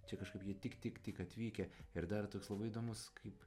čia kažkaip jie tik tik tik atvykę ir dar toks labai įdomus kaip